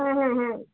হ্যাঁ হ্যাঁ হ্যাঁ